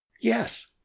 yes